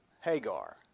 Hagar